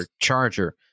charger